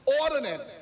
ordinance